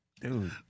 Dude